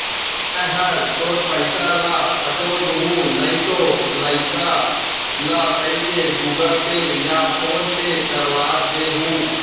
मैं हर तोर पइसा ल पठो दुहूँ नइतो लइका ल कइके गूगल पे या फोन पे करवा दे हूँ